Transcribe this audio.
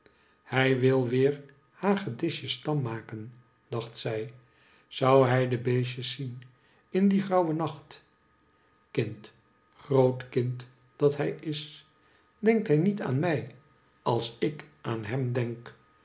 hij wil weer hagedisjes tarn maken dacht zij zou hij de beestjes zien in dien grauwen nacht kind groot kind dat hij is denkt hij niet aan mij als ik aan hem denk